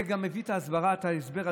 זה גם מביא את ההסבר הזה,